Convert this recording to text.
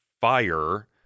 fire